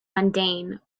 mundane